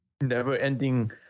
never-ending